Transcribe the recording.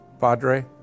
Padre